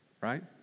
Right